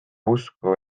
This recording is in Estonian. usku